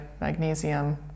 magnesium